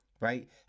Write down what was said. right